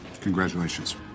Congratulations